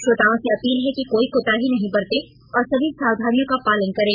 श्रोताओं से अपील हैं कि कोई कोताही नहीं बरतें और सभी सावधानियों का पालन करें